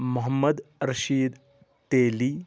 Mohammad Rashid Teli